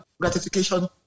gratification